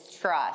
trust